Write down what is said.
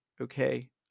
Okay